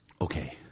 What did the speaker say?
Okay